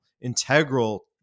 integral